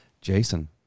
jason